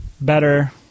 better